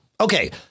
Okay